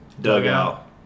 dugout